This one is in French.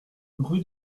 rue